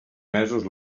mesos